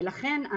לכן,